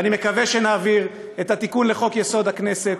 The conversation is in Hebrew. ואני מקווה שנעביר את התיקון לחוק-יסוד: הכנסת,